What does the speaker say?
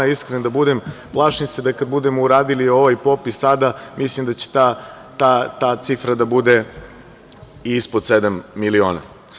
Iskren da budem, plašim se da kada budemo uradili ovaj popis sada mislim da će ta cifra da bude i ispod sedam miliona.